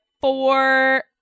four